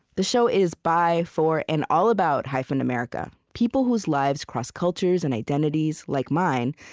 the show is by, for, and all about hyphen america people whose lives cross cultures and identities, like mine,